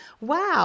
Wow